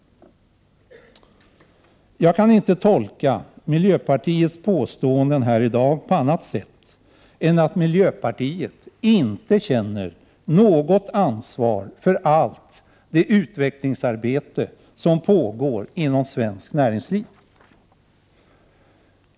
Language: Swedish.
Jag kan inte tolka miljöpartiets påståenden i dag på annat sätt än att miljöpartiet inte känner något ansvar för allt det utvecklingsarbete som pågår inom svenskt näringsliv.